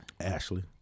ashley